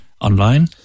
online